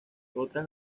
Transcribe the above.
otras